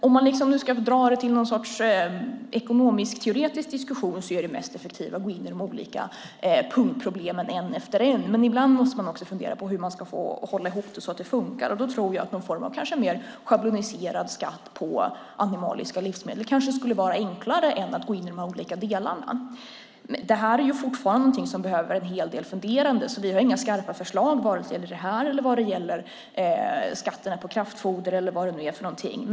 Om man nu ska dra detta till någon sorts ekonomiskteoretisk diskussion är det mest effektiva att gå in i de olika punktproblemen, ett efter ett, men ibland måste man också fundera på hur man ska hålla ihop det så att det funkar. Då tror jag att någon form av mer schabloniserad skatt på animaliska livsmedel skulle vara enklare än att gå in i de olika delarna. Det här är fortfarande någonting som behöver en hel del funderande, så vi har inga skarpa förslag vare sig det gäller det här, vad det gäller skatter på kraftfoder eller vad det nu är för något.